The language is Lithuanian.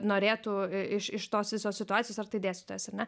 norėtų iš iš tos visos situacijos ar tai dėstytojas ar ne